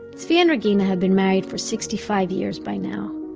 zvi and regina have been married for sixty-five years by now.